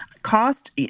Cost